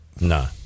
no